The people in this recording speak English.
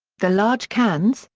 the large cans,